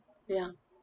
ya